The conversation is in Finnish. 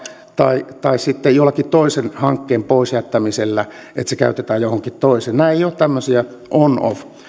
tai tai jollakin toisen hankkeen pois jättämisellä niin että se käytetään johonkin toiseen nämä eivät ole tämmöisiä on off